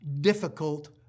difficult